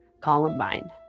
Columbine